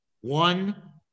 one